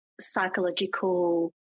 psychological